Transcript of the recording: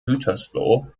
gütersloh